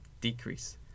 decrease